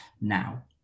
now